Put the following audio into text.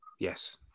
Yes